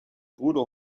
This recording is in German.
bruder